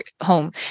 home